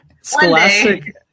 Scholastic